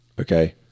Okay